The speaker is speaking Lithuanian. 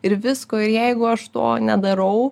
ir visko ir jeigu aš to nedarau